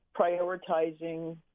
prioritizing